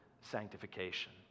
sanctification